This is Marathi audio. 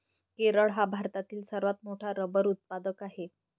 केरळ हा भारतातील सर्वात मोठा रबर उत्पादक आहे